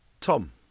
Tom